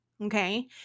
okay